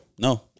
No